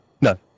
no